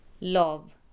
love